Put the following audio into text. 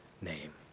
name